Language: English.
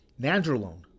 Nandrolone